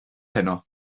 heno